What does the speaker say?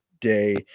Day